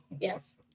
yes